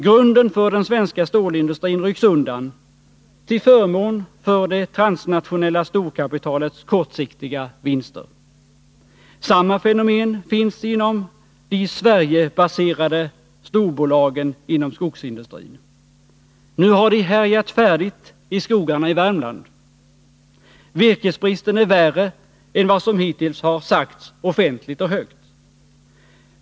Grunden för den svenska stålindustrin rycks undan -— till förmån för det transnationella storkapitalets kortsiktiga vinster. Samma fenomen finns inom de Sverigebaserade storbolagen inom skogsindustrin. Nu har de härjat färdigt i skogarna i Värmland. Virkesbristen är värre än vad som hittills har sagts offentligt och högt.